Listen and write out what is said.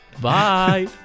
bye